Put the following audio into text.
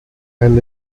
and